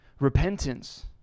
Repentance